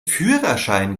führerschein